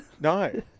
No